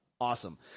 Awesome